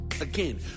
Again